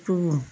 একটু